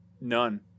None